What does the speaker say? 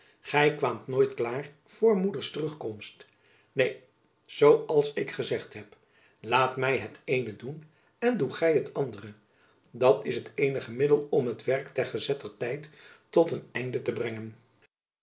kwaamt nooit klaar vr moeders terugkomst neen zoo als ik gezegd heb laat my het eene doen en doe gy het andere dat is het eenige middel om het werk ter gezetter tijd tot een einde te brengen